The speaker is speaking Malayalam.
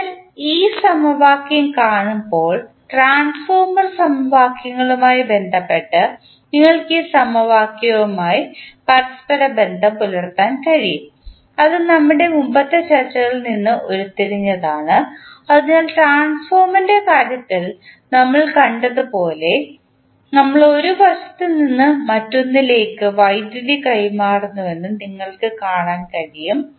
അതിനാൽ ഈ സമവാക്യം കാണുമ്പോൾ ട്രാൻസ്ഫോർമർ സമവാക്യങ്ങളുമായി ബന്ധപ്പെട്ട് നിങ്ങൾക്ക് ഈ സമവാക്യങ്ങളുമായി പരസ്പരബന്ധം പുലർത്താൻ കഴിയും അത് നമ്മുടെ മുമ്പത്തെ ചർച്ചകളിൽ നിന്ന് ഉരുത്തിരിഞ്ഞതാണ് അതിനാൽ ട്രാൻസ്ഫോർമറിൻറെ കാര്യത്തിൽ നമ്മൾ കണ്ടതുപോലെ നമ്മൾ ഒരു വശത്ത് നിന്ന് മറ്റൊന്നിലേക്ക് വൈദ്യുതി കൈമാറുന്നുവെന്നും നിങ്ങൾക്ക് കാണാൻ കഴിയും